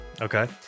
Okay